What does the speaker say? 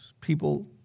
people